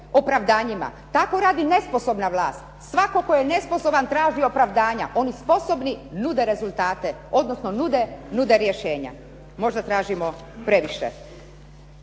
opravdanjima. Tako radi nesposobna vlast. svatko tko je nesposoban traži opravdanja, oni sposobni nude rezultate, odnosno nude rješenja. Možda tražimo previše.